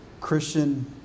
Christian